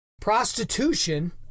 prostitution